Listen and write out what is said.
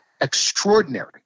extraordinary